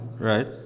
Right